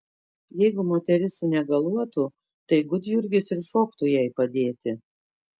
jeigu moteris sunegaluotų tai gudjurgis ir šoktų jai padėti